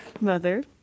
Mother